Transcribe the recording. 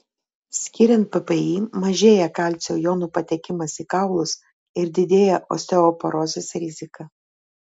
skiriant ppi mažėja kalcio jonų patekimas į kaulus ir didėja osteoporozės rizika